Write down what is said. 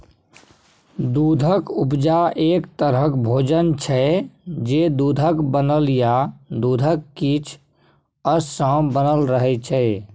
दुधक उपजा एक तरहक भोजन छै जे दुधक बनल या दुधक किछ अश सँ बनल रहय छै